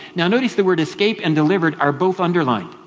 now notice the word escape and delivered are both underlined.